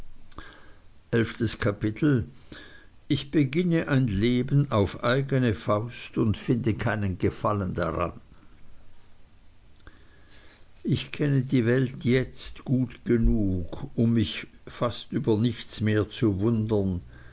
elftes kapitel ich beginne ein leben auf eigne faust und finde keinen gefallen daran ich kenne die welt jetzt gut genug um mich fast über nichts mehr zu wundern